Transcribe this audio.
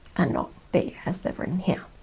and not b as they've written here.